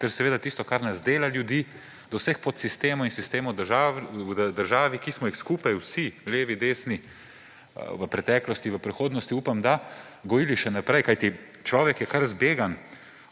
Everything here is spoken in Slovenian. Ker seveda, tisto, kar nas dela ljudi, so vsi podsistemi in sistemi v državi, ki smo jih skupaj vsi, levi, desni, v preteklosti gojili, v prihodnosti upam, da jih bomo še naprej gojili. Kajti človek je kar zbegan